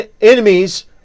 enemies